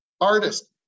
Artist